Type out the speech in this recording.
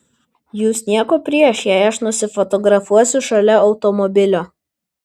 jus nieko prieš jei aš nusifotografuosiu šalia automobilio